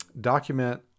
document